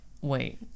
Wait